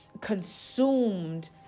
consumed